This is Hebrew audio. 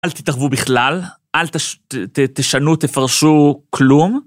אל תתערבו בכלל, אל תשנו, תפרשו כלום...